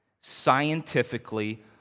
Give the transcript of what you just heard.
scientifically